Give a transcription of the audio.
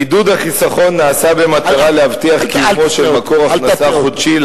עידוד החיסכון נעשה במטרה להבטיח קיומו של מקור הכנסה חודשי,